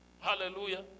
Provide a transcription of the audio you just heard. Hallelujah